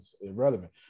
Irrelevant